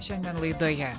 šiandien laidoje